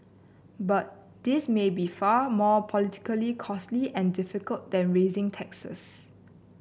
but this may be far more politically costly and difficult than raising taxes